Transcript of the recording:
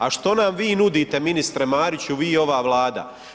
A što nam vi nudite ministre Mariću, vi i ova Vlada?